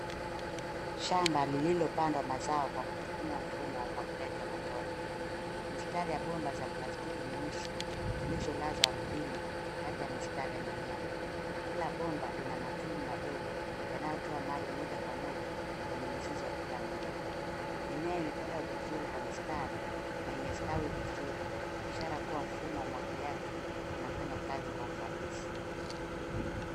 Shamba lililopandwa mazao kwa kutumia mfumo wa umwagiliaji wa matone. Mistari ya bomba za plastiki nyeusi zilizolazwa ardhini kati ya mistari ya mimea. Kila bomba lina matundu madogo, yanayotoa maji moja kwa moja kwenye mizizi wa kila mmea. Mimea imepandwa vizuri kwa mistari na imestawi vizuri, ishara kuwa mfumo wa umwagiliaji unafanya kazi kwa ufanisi.